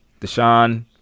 Deshaun